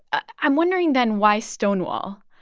i'm wondering then, why stonewall?